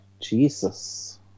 Jesus